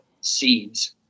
seeds